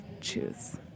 choose